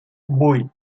vuit